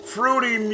Fruity